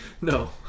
no